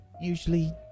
usually